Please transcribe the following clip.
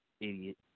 idiot